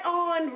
on